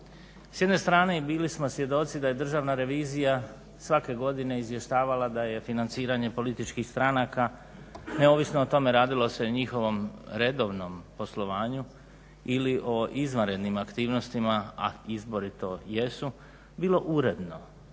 S jedne strane i bili smo svjedoci da je Državna revizija svake godine izvještavala da je financiranje političkih stranaka neovisno o tome radilo se o njihovom redovnom poslovanju ili o izvanrednim aktivnostima, a izbori to jesu bilo uredno.